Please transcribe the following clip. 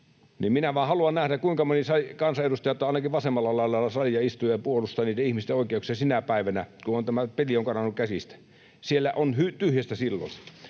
Haluan vain nähdä, kuinka moni kansanedustaja, tai ainakin vasemmalla laidalla salia istuja, puolustaa niiden ihmisten oikeuksia sinä päivänä, kun peli on karannut käsistä. Siellä on tyhjää silloin.